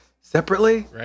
separately